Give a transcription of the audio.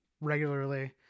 regularly